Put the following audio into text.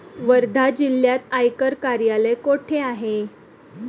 वर्धा जिल्ह्यात आयकर कार्यालय कुठे आहे?